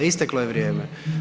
Isteklo je vrijeme.